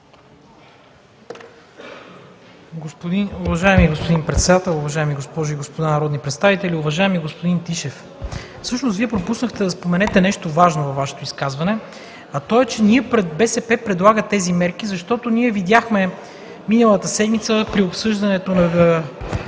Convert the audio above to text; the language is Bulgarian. Уважаеми господин Председател, уважаеми госпожи и господа народни представители! Уважаеми господин Тишев, Вие пропуснахте да споменете нещо важно във Вашето изказване, а то е, че БСП предлага тези мерки, защото ние видяхме миналата седмица при обсъждането на